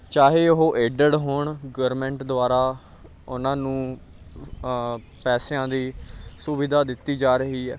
ਚਾਹੇ ਉਹ ਏਡਡ ਹੋਣ ਗਵਰਮੈਂਟ ਦੁਆਰਾ ਉਹਨਾਂ ਨੂੰ ਪੈਸਿਆਂ ਦੀ ਸੁਵਿਧਾ ਦਿੱਤੀ ਜਾ ਰਹੀ ਹੈ